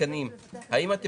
האם אתם